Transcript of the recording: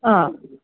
ஆ